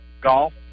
Golf